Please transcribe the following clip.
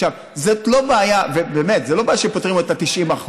זאת לא בעיה שפותרים אותה ב-90%.